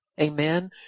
amen